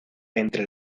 entre